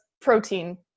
protein